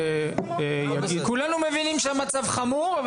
כולנו מבינים שהמצב חמור.